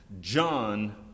John